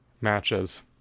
matches